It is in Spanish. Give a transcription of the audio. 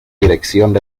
dirección